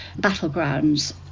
battlegrounds